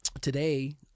Today